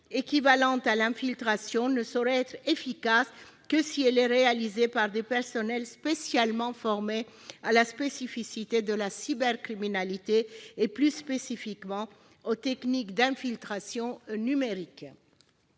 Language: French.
équivalente à l'infiltration, ne saurait être efficace que si elle est réalisée par des personnels formés à la spécificité de la cybercriminalité et plus singulièrement aux techniques d'infiltration numérique.